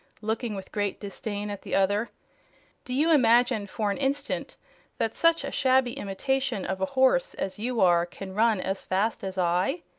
looking with great disdain at the other do you imagine for an instant that such a shabby imitation of a horse as you are can run as fast as i?